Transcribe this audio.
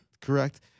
Correct